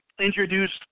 introduced